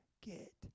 get